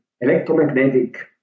electromagnetic